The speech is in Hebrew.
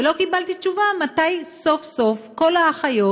ולא קיבלתי תשובה מתי סוף-סוף כל האחיות